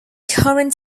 current